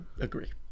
agree